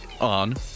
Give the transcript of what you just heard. on